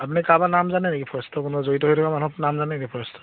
আপুনি কাৰোবাৰ নাম জানে নেকি ফৰেষ্টৰ কোনোবা জড়িত হৈ থকা মানুহৰ নাম জানে নেকি ফৰেষ্টৰ